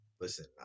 Listen